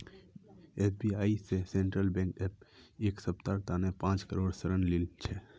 SBI स central bank एक सप्ताहर तने पांच करोड़ ऋण लिल छ